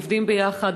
עובדים ביחד.